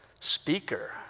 speaker